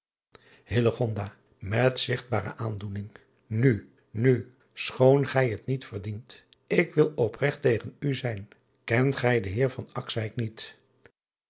et zigtbare aandoening u nu schoon gij het niet verdient ik wil opregt tegen u zijn ent gij den eer niet